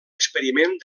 experiment